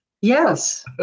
Yes